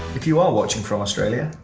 if you are watching from australia,